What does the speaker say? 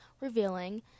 revealing